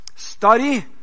Study